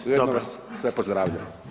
I ujedno vas sve pozdravljam.